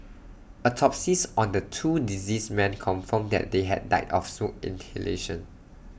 autopsies on the two deceased men confirmed that they had died of smoke inhalation